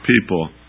people